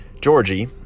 Georgie